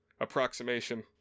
approximation